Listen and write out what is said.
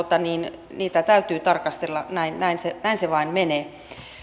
niitä täytyy tarkastella näin se näin se vain menee